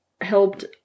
helped